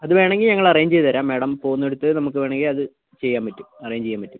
അത് വേണമെങ്കിൽ ഞങ്ങൾ അറേഞ്ച് ചെയ്ത് തരാം മാഡം പോകുന്നയിടത്ത് നമുക്ക് വേണമെങ്കിൽ അത് ചെയ്യാൻ പറ്റും അറേഞ്ച് ചെയ്യാൻ പറ്റും